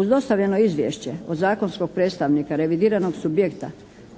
Uz dostavljeno izvješće od zakonskog predstavnika revidiranog subjekta